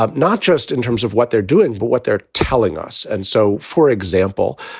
um not just in terms of what they're doing, but what they're telling us. and so, for example,